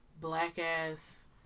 black-ass